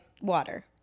water